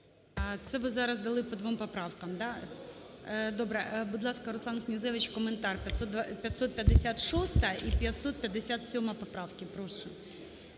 Це ви зараз дали по двом поправкам, да? Добре. Будь ласка, Руслан Князевич, коментар, 556-а і 557-а поправки, прошу.